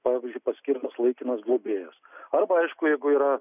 pavyzdžiui paskirtos laikinas globėjas arba aišku jeigu yra